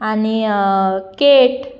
आनी केट